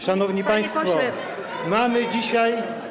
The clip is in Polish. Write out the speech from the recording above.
Szanowni państwo, mamy dzisiaj.